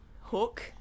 hook